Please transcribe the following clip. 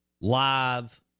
live